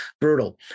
brutal